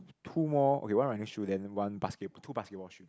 two more okay one running shoe then one two basketball shoe